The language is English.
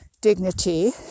dignity